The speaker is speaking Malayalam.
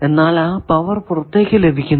എന്നാൽ ആ പവർ പുറത്തേക്കു ലഭിക്കില്ല